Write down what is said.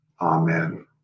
amen